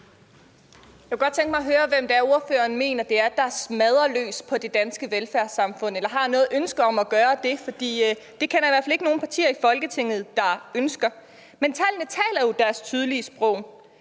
Jeg kunne godt tænke mig at høre, hvem der ifølge ordføreren smadrer løs på det danske velfærdssamfund eller har noget ønske om at gøre det, for det kender jeg i hvert fald ikke nogen partier i Folketinget der ønsker. Men tallene taler jo deres tydelige sprog.